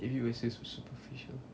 if you're superficial